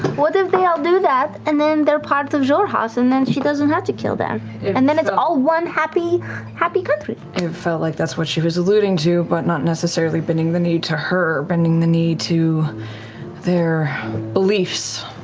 what if they all do that and then they're part of xhorhas and then she doesn't have to kill them? and then it's all one happy happy country. marisha it felt like that's what she was alluding to, but not necessarily bending the knee to her, bending the knee to their beliefs,